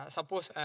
Suppose